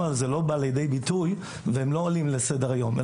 זה לא בא לידי ביטוי ולא עולה לסדר היום.